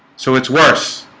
so, it's worse